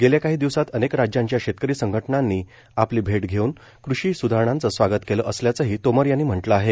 गेल्या काही दिवसांत अनेक राज्यांच्या शेतकरी संघटनांनी आपली भेट घेऊन कृषी स्धारणांचं स्वागत केलं असल्याचंही तोमर यांनी म्हटलं आहे